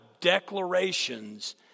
declarations